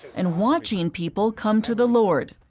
and watching people come to the lord.